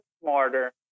smarter